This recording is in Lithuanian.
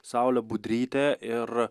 saulė budrytė ir